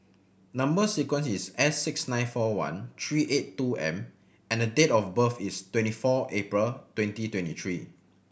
number sequence is S six nine four one three eight two M and date of birth is twenty four April twenty twenty three